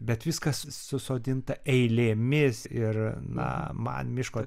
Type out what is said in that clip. bet viskas susodinta eilėmis ir na man miško